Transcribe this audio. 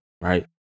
right